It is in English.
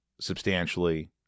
substantially